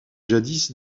jadis